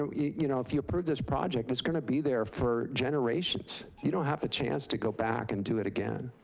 so you know, if you approve this project, it's gonna be there for generations. you don't have the chance to go back and do it again.